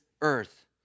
earth